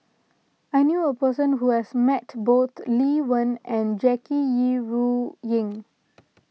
I knew a person who has met both Lee Wen and Jackie Yi Ru Ying